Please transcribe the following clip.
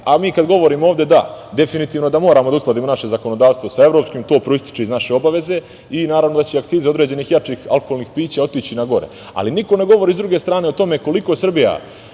kada ovde govorimo, da, definitivno moramo da uskladimo naše zakonodavstvo sa evropskim, to proističe iz naše obaveze i naravno da će akcize određenih jačih alkoholnih pića otići na gore. Niko ne govori sa druge strane o tome koliko Srbija